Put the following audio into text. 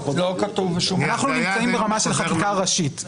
אנחנו נמצאים ברמה של חקיקה ראשית,